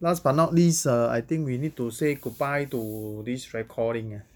last but not least err I think we need to say goodbye to this recording